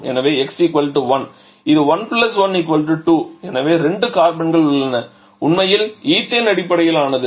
எனவே x 1 உள்ளது இது 1 1 2 எனவே 2 கார்பன்கள் உள்ளன உண்மையில் ஈத்தேன் அடிப்படையிலானது